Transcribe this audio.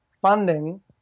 funding